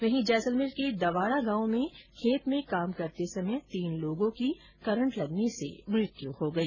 वहीं जैसलमेर के दवाडा गांव में खेत में काम करते समय तीन लोगों की करंट लगने से मौत हो गई